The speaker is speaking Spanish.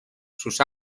sus